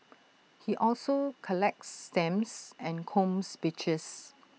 he also collects stamps and combs beaches